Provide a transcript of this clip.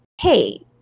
hey